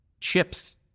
chips